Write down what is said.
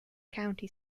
county